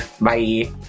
bye